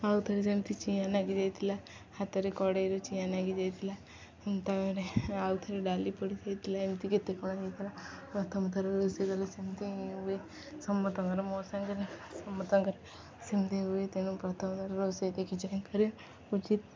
ଆଉ ଥରେ ଯେମିତି ଚିଆଁ ଲାଗି ଯାଇଥିଲା ହାତରେ କଡ଼େଇରୁ ଚିଆଁ ଲାଗି ଯାଇଥିଲା ତାର ଆଉ ଥରେ ଡାଲି ପୋଡ଼ିଯାଇଥିଲା ଏମିତି କେତେ କ'ଣ ଯାଇଥିଲା ପ୍ରଥମଥରେ ରୋଷେଇ କଲେ ସେମିତି ହୁଏ ସମସ୍ତଙ୍କର ମୋ ସାଙ୍ଗରେ ସମସ୍ତଙ୍କରେ ସେମିତି ହୁଏ ତେଣୁ ପ୍ରଥମଥର ରୋଷେଇ ଦେଖି ଯାାଇ ଉଚିତ୍